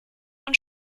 und